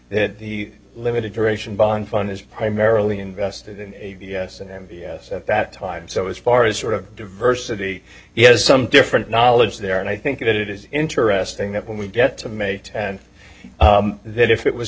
that the limited duration bond fund is primarily invested in a v s and m b s at that time so as far as sort of diversity he has some different knowledge there and i think it is interesting that when we get to mate and then if it was